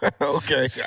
Okay